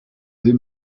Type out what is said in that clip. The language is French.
dès